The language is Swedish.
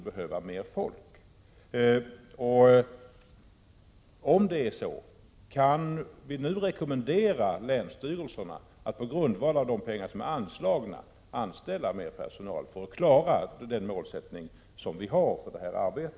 Om det är på det sättet, kan vi då rekommendera länsstyrelserna att använda de medel som anslagits till att anställa mer personal för att klara den målsättning som vi har för detta arbete?